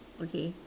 okay